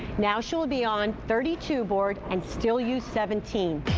now she'll be on thirty two board and still use seventeen.